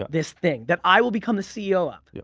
this thing, that i will become the ceo of. yeah